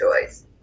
choice